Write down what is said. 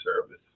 service